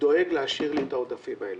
דואג להשאיר לי את העודפים האלה.